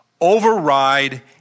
override